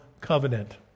covenant